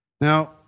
Now